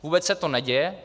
Vůbec se to neděje.